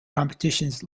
competitions